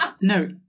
No